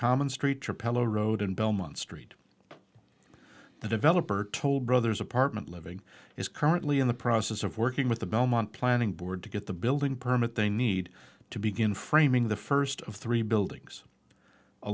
common street propellor road and belmont street the developer toll brothers apartment living is currently in the process of working with the belmont planning board to get the building permit they need to begin framing the first of three buildings a